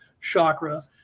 chakra